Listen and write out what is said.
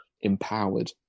empowered